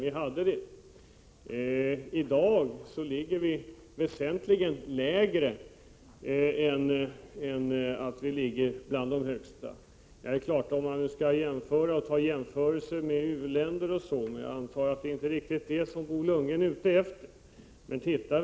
I dag ligger vi väsentligt lägre, om vi inte skall jämföra oss med u-länder, och jag antar att det inte är detta Bo Lundgren är ute efter.